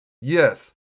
Yes